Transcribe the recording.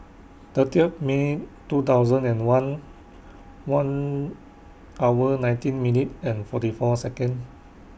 thirtieth May two thousand and one one hour nineteen minute and forty four Second